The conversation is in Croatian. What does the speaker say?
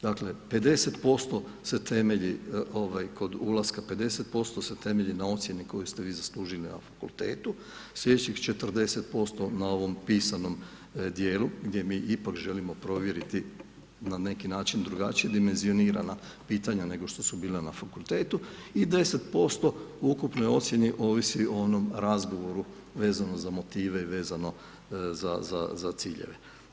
Dakle 50% se temelji kod ulaska, 50% se temelji na ocjeni koju ste vi zaslužili na fakultetu, sljedeći 40% na ovom pisanom dijelu gdje mi ipak želimo provjeriti na neki način drugačije, dimenzioniranja pitanja nego što su bila na fakultetu i 10% o ukupnoj ocjeni ovisi o onom razgovoru vezano za motive i vezano za ciljeve.